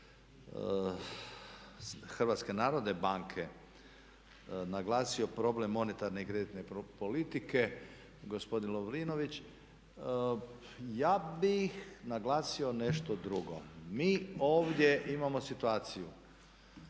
sa odgovornošću HNB-a naglasio problem monetarne i kreditne politike gospodin Lovrinović ja bih naglasio nešto drugo. Mi ovdje imamo situaciju